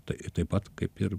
tai taip pat kaip ir